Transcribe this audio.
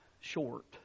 short